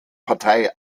partei